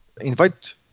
invite